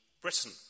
Britain